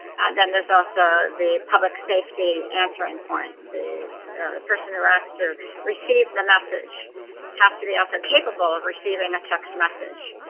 then there's also the public safety answering point, the person who has to receive the message has to be also capable of receiving a text message.